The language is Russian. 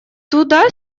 туда